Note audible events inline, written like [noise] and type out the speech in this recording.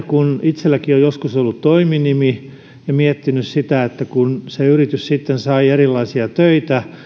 [unintelligible] kun itsellänikin on joskus ollut toiminimi niin olen miettinyt sitä että kun se yritys sitten sai erilaisia töitä